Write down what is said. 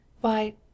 Why